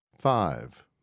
Five